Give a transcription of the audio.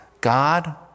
God